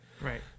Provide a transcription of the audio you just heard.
Right